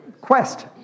quest